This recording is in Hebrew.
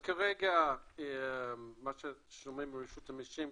אז כרגע מה ששומעים מרשות המיסים,